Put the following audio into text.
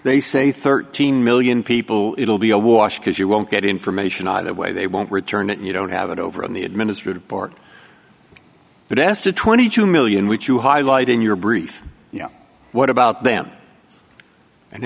they say thirteen million people it'll be a wash because you won't get information either way they won't return it you don't have it over in the administrative part but as to twenty two million which you highlight in your brief you know what about them and